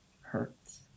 hurts